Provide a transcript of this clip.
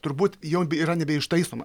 turbūt jau yra nebeištaisoma